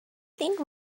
think